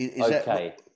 Okay